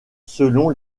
selon